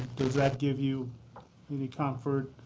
does that give you any comfort?